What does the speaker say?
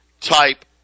type